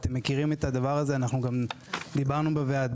אתם מכירים את הדבר הזה: אנחנו גם דיברנו על זה בוועדה,